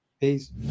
Peace